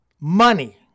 money